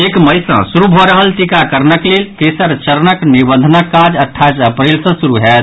एक मई सँ शुरू भऽ रहल टीकाकरणक लेल तेसर चरणक निबंधनक काज अट्ठाईस अप्रील सँ शुरू होयत